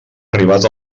arribat